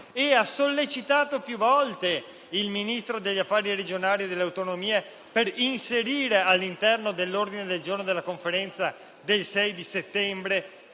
e ha sollecitato più volte il Ministro per gli affari regionali e le autonomie ad inserire il punto all'ordine del giorno della Conferenza del 6 settembre,